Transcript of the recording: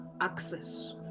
access